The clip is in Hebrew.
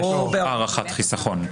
יש הערכת חיסכון.